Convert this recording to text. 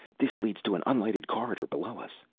this leads to an unlighted corridor below us!